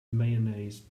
mayonnaise